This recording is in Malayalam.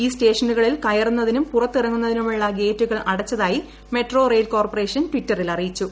ഈ സ്റ്റേഷനുകളിൽ കയറുന്നതിനും പുറത്തിറങ്ങുന്നതിനുമുളള ഗേറ്റുകൾ അടച്ചതായി മെട്രോ റെയിൽ കോർപ്പറേഷൻ ടിറ്ററിൽ അറിയിച്ചു